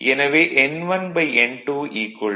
எனவே n1n2 10